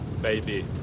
baby